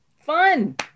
Fun